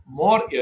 more